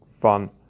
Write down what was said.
fun